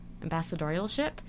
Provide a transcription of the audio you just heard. ambassadorialship